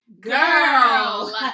girl